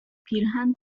پیرهن